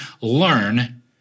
learn